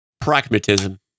Pragmatism